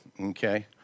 Okay